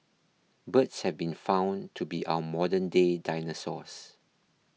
birds have been found to be our modernday dinosaurs